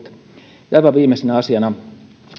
näissä ovat ja aivan viimeisenä asiana